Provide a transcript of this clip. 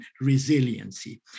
resiliency